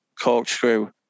corkscrew